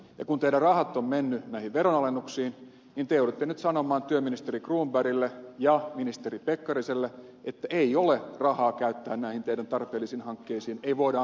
ja kun teidän rahanne ovat menneet näihin veronalennuksiin niin te joudutte nyt sanomaan työministeri cronbergille ja ministeri pekkariselle että ei ole rahaa käyttää näihin teidän tarpeellisiin hankkeisiinne ei voida antaa lisäbudjettia